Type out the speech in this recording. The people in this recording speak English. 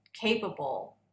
capable